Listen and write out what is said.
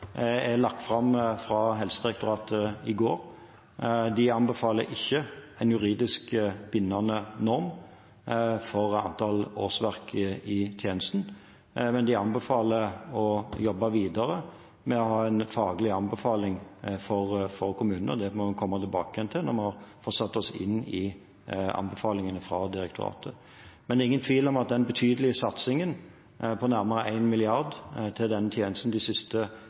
lagt fram av Helsedirektoratet i går. De anbefaler ikke en juridisk bindende norm for antall årsverk i tjenestene, men de anbefaler å jobbe videre med å ha en faglig anbefaling for kommunene. Det må vi komme tilbake til når vi har fått satt oss inn i anbefalingene fra direktoratet. Men det er ingen tvil om at den betydelige satsingen på nærmere 1 mrd. kr til denne tjenesten de siste